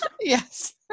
yes